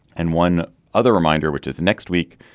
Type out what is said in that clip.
and one other reminder which is next week.